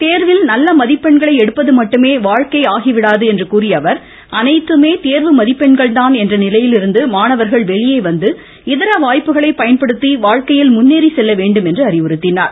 தேர்வில் நல்ல மதிப்பெண்களை எடுப்பது மட்டுமே வாழ்க்கை ஆகிவிடாது என்று கூறிய அவர் அனைத்துமே தேர்வு மதிப்பெண்கள் தான் என்ற நிலையிலிருந்து மாணவர்கள் வெளியே வந்து இதர வாய்ப்புகளை பயன்படுத்தி வாழ்க்கையில் முன்னேறி செல்ல வேண்டும் என்று அறிவுறுத்தினார்